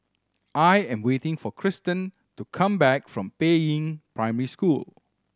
I am waiting for Christin to come back from Peiying Primary School